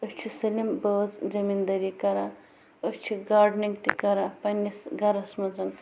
أسۍ چھِ سٲلِم بٲژ زمیٖن دٲری کَران أسۍ چھِ گاڈنِگ تہِ کَران پنٛنِس گَرس منٛز